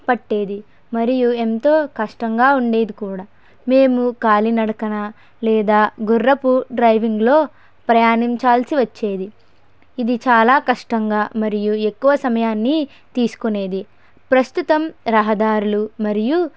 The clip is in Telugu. పట్టేది మరియు ఎంతో కష్టంగా ఉండేది కూడా మేము కాలినడకన లేదా గుర్రపు డ్రైవింగ్లో ప్రయాణించాల్సి వచ్చేది ఇది చాలా కష్టంగా మరియు ఎక్కువ సమయాన్ని తీసుకునేది ప్రస్తుతం రహదారులు మరియు